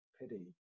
pity